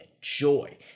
joy